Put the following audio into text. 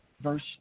verse